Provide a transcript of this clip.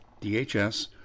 DHS